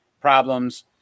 problems